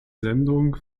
sendung